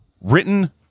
written